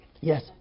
Yes